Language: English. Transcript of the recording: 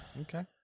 Okay